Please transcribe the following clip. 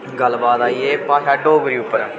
गल्लबात आई एह् भाशा डोगरी उप्पर